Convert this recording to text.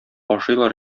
ашыйлар